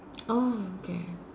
oh okay